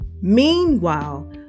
Meanwhile